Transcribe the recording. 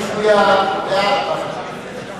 סיעות בל"ד,